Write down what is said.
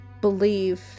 believe